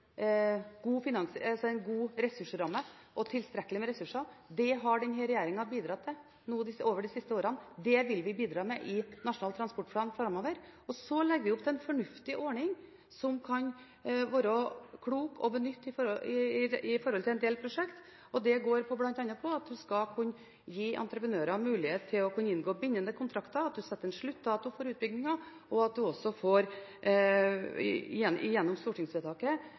god ressursramme og tilstrekkelig med ressurser. Det har denne regjeringen bidratt til over de siste årene, og det vil vi bidra til i Nasjonal transportplan framover. Så legger vi opp til en fornuftig ordning som det kan være klokt å benytte i en del prosjekter. Det går bl.a. på at en skal kunne gi entreprenører mulighet til å inngå bindende kontrakter, at en setter en sluttdato for utbyggingen, og at en også gjennom stortingsvedtak får